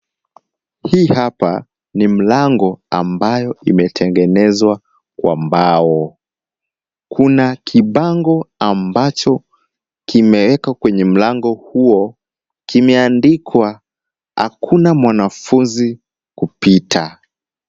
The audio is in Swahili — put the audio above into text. Hii hapa ni mlango ambayo imetengenezwa kwa mbao. Kuna kibango ambacho kimewekwa kwenye mlango huo. Kimeandikwa hakuna mwanafunzi kupita.